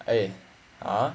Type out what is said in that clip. eh ah